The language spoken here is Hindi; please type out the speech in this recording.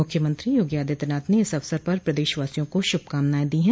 मुख्यमंत्री योगो आदित्यनाथ ने इस अवसर पर प्रदश वासियों को शुभ कामनाएं दी हैं